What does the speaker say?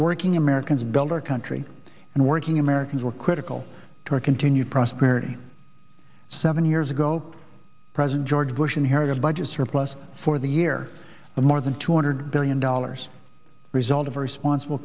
working americans build our country and working americans were critical to our continued prosperity seven years ago president george bush inherited a budget surplus for the year of more than two hundred billion dollars result of responsible